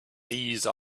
these